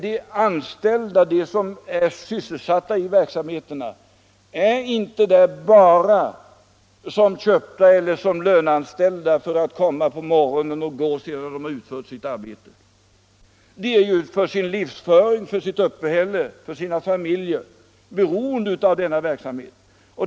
De anställda, de som är sysselsatta i verksamheterna, är inte bara köpta eller löneanställda för att komma på morgonen och gå sedan de har utfört sitt arbete. De är för sin livsföring, för sitt uppehälle, för sina familjer beroende av denna verksamhet.